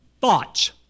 thoughts